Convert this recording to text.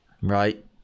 right